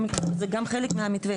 זה גם חלק מהמתווה.